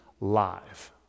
live